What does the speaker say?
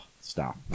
stop